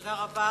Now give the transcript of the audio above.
תודה רבה.